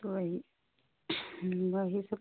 तो वही वही सब